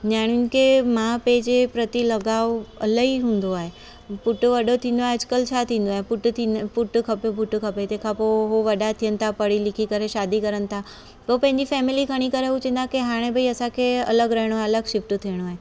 न्याणियुनि खे माउ पीउ जे प्रती लगाव इलाही हूंदो आहे पुटु वॾो थींदो आहे अॼकल्ह छा थींदो आहे पुटु पुटु खपे पुटु खपे तंहिंखां पोइ हो वॾा थियनि था पढ़ी लिखी करे शादी कनि था हूअ पंहिंजी फैमिली खणी चईंदा की भई हाणे असांखे अलॻि रहिणो आहे अलॻि शिफ्ट थियणो आहे